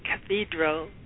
Cathedral